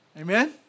Amen